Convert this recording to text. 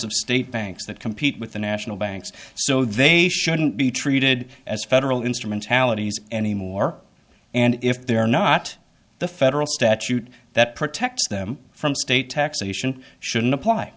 state banks that compete with the national banks so they shouldn't be treated as federal instrumentalities anymore and if they're not the federal statute that protects them from state taxation shouldn't apply